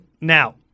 now